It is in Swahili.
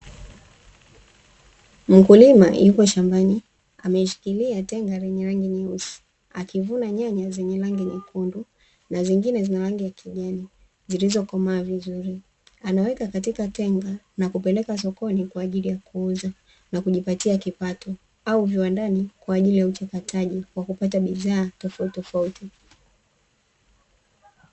Mkulima yupo shambani ameishikilia tenga lenya rangi nyeusi, akivuna nyanya zenye rangi nyekundu na zingine zina rangi ya kijani zilizokomaa vizuri. Anaweka katika tenga na kupeleka sokoni kwa ajili ya kuuza na kujipatia kipato au viwandani kwa ajili ya uchakataji wa kupata bidhaa tofautitofauti.